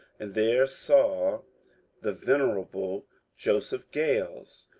and there saw the venerable joseph gales,